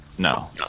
No